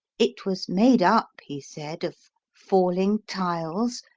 it was made up, he said, of falling tiles,